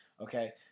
Okay